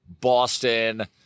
Boston